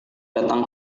datang